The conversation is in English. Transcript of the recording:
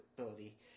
ability